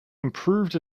improved